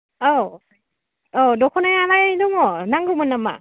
औ औ दखनायालाय दङ नांगौमोन नामा